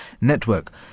Network